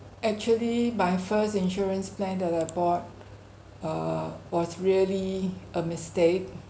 actually my first insurance plan that I bought err was really a mistake